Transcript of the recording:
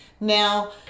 Now